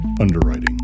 underwriting